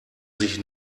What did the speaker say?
sich